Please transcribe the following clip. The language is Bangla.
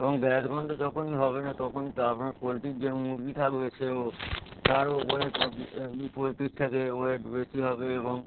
এবং গ্যাস গন্ধ যখনই হবে না তখনই তা আপনার পোলট্রির যে মুরগি থাকবে সেও তারও এমনি পোলট্রির থেকে ওয়েট বেশি হবে এবং